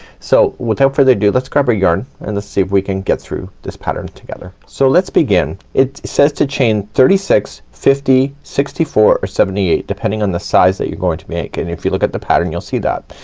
so without further ado, let's grab our yarn and let's see if we can get through this pattern together. so let's begin. it says to chain thirty six, fifty, sixty four or seventy eight depending on the size that you're going to make and if you look at the pattern you'll see that.